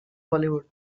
hollywood